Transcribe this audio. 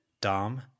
Dom